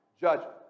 judgment